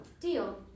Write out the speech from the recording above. Deal